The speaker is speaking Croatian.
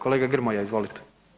Kolega Grmoja, izvolite.